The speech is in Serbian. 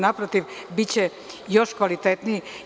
Naprotiv, biće još kvalitetniji.